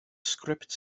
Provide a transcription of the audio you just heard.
sgript